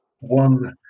one